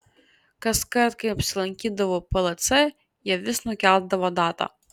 kaskart kai apsilankydavau plc jie vis nukeldavo datą